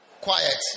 Quiet